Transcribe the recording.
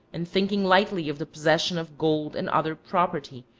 and thinking lightly of the possession of gold and other property,